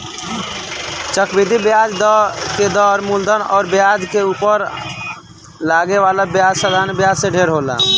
चक्रवृद्धि ब्याज दर के मूलधन अउर ब्याज के उपर लागे वाला ब्याज साधारण ब्याज से ढेर होला